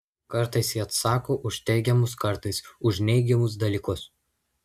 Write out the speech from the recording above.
kartais ji atsako už teigiamus kartais už neigiamus dalykus